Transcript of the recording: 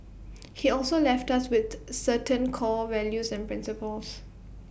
he also left us with certain core values and principles